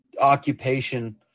occupation